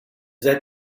that